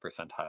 percentile